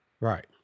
Right